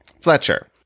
Fletcher